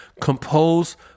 compose